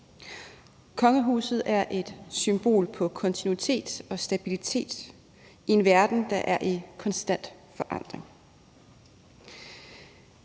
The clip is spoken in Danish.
Kongehuset er et symbol på kontinuitet og stabilitet i en verden, der er i konstant forandring.